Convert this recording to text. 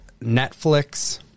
Netflix